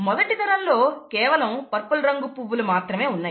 మొదటి తరంలో కేవలం పర్పుల్ రంగు పువ్వులు మాత్రమే ఉన్నాయి